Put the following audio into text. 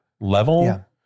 level